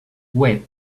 web